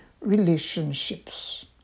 relationships